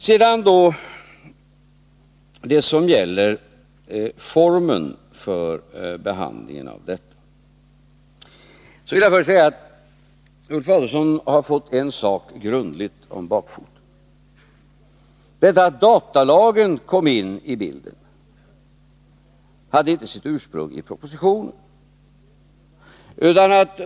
Beträffande formen för behandlingen vill jag först säga: Ulf Adelsohn har fått en sak grundligt om bakfoten. Att datalagen kom in i bilden hade inte sitt ursprung i propositionen.